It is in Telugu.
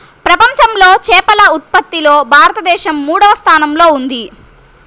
ప్రపంచంలో చేపల ఉత్పత్తిలో భారతదేశం మూడవ స్థానంలో ఉంది